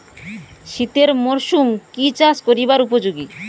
শীতের মরসুম কি চাষ করিবার উপযোগী?